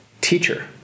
teacher